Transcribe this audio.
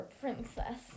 princess